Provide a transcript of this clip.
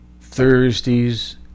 Thursdays